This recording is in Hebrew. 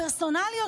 הפרסונליות,